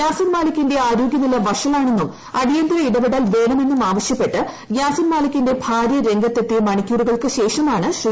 യാസിൻ മാലിക്കിന്റെ ആരോഗൃനില വഷളാണെന്നും ഇടപെടൽ വേണമെന്നും ആവശ്യപ്പെട്ട് അടിയന്തര യാസിൻമാലിക്കിന്റെ ഭാരൃ രംഗത്തെത്തി മണിക്കൂറുകൾക്ക് ശേഷമാണ് ശ്രീ